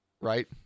Right